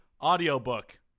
audiobook